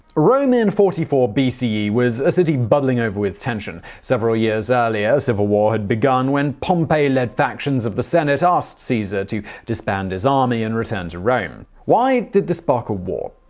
ah rome in forty four bce was a city bubbling over with tension. several years earlier, civil war had begun when pompey-led factions of the senate asked caesar to disband his army and return to rome. why did this spark a war?